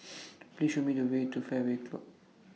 Please Show Me The Way to Fairway Club